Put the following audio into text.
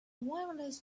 wireless